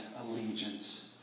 allegiance